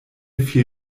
fiel